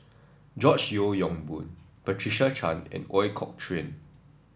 George Yeo Yong Boon Patricia Chan and Ooi Kok Chuen